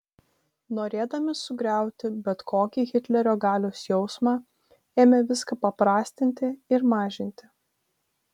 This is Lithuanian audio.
norėdami sugriauti bet kokį hitlerio galios jausmą ėmė viską paprastinti ir mažinti